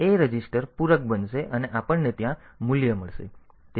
A register પૂરક બનશે અને આપણને ત્યાં મૂલ્ય મળશે